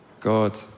God